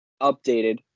updated